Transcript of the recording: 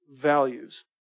values